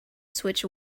switch